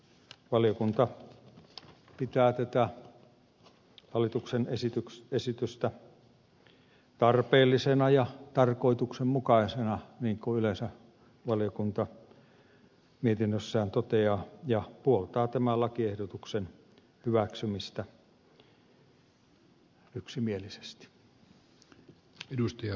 valiokunta pitää tätä hallituksen esitystä tarpeellisena ja tarkoituksenmukaisena niin kuin yleensä valiokunta mietinnössään toteaa ja puoltaa tämän lakiehdotuksen hyväksymistä yksimielisesti